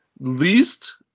Least